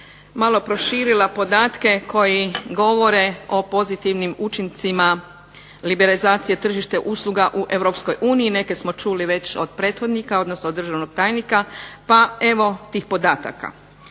malo proširila podatke koji govore o pozitivnim učincima liberalizacije tržišta usluga u EU, neke smo čuli već od prethodnika odnosno državnog tajnika, pa evo tih podataka.